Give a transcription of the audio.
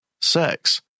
sex